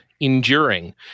enduring